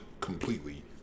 completely